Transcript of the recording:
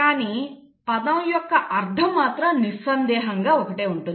కానీ పదం యొక్క అర్థం నిస్సందేహంగా ఒకటే ఉంటుంది